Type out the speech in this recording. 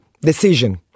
decision